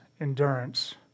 endurance